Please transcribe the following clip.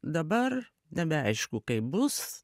dabar nebeaišku kaip bus